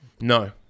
no